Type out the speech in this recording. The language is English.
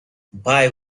buy